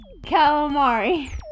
Calamari